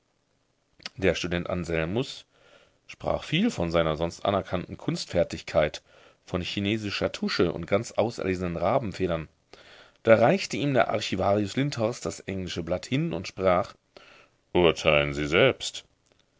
der student anselmus sprach viel von seiner sonst anerkannten kunstfertigkeit von chinesischer tusche und ganz auserlesenen rabenfedern da reichte ihm der archivarius lindhorst das englische blatt hin und sprach urteilen sie selbst